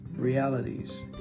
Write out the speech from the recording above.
realities